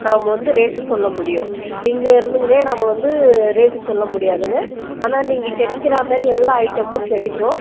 நாம் வந்து ரேட்டு சொல்ல முடியும் இங்கே இருந்துக்குன்னே நாம் வந்து ரேட்டு சொல்ல முடியாதுங்க ஆனால் நீங்கள் கெடைக்கிற மாதிரி எல்லா ஐட்டமும் கிடைக்கும்